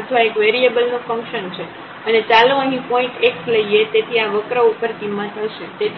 અથવા એક વેરિયેબલ નું ફંકશન છે અને ચાલો અહીં પોઇન્ટ x લઈએ તેથી આ વક્ર ઉપર કિંમત હશે